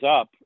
up